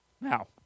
Now